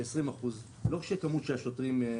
ו-20% של שוטרים.